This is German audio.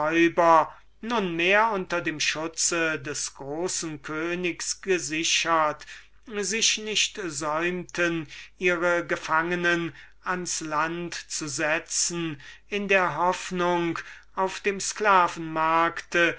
nunmehr unter dem schutz des großen königs gesichert sich nicht säumten ihre gefangenen ans land zu setzen in der hoffnung auf dem sklaven markte